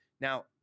Now